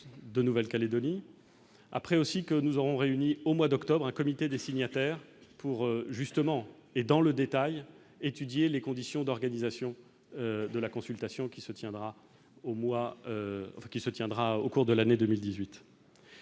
de Nouvelle-Calédonie après aussi que nous aurons réuni au mois d'octobre, un comité des signataires pour justement et dans le détail, étudier les conditions d'organisation de la consultation qui se tiendra au mois qui se